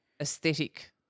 aesthetic